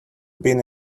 been